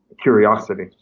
curiosity